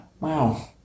Wow